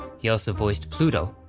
he also voiced pluto,